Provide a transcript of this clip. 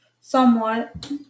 somewhat